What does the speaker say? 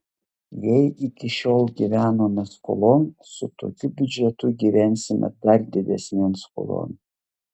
jei iki šiol gyvenome skolon su tokiu biudžetu gyvensime dar didesnėn skolon